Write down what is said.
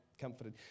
comforted